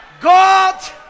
God